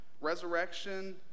resurrection